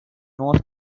north